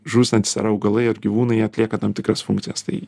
žūstantys ar augalai ar gyvūnai jie atlieka tam tikras funkcijas tai